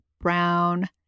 brown